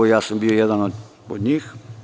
Ja sam bio jedan od njih.